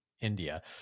India